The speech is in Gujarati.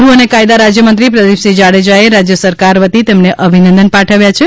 ગૃહ અને કાયદા રાજ્ય મંત્રી પ્રદીપસિંહ જાડેજાએ રાજ્ય સરકાર વતી તેમને અભિનંદન પાઠવ્યા છે